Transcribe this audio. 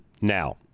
now